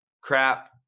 crap